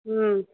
ହୁଁ